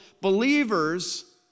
believers